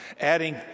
adding